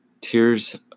tears